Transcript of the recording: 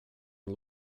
hon